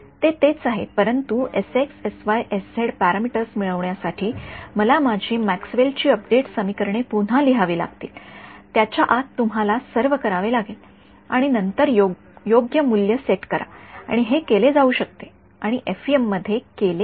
ते तेच आहे परंतु पॅरामीटर्स मिळवण्यासाठी मला माझी मॅक्सवेल ची उपडेट समीकरणे पुन्हा लिहावी लागतील त्याच्या आत तुम्हाला सर्व करावे लागेल आणि नंतर योग्य मूल्य सेट करा आणि हे केले जाऊ शकते आणि एफईएम मध्ये केले आहे